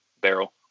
barrel